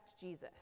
Jesus